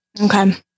Okay